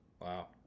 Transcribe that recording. Wow